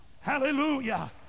Hallelujah